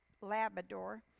labrador